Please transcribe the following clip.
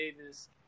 Davis